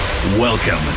Welcome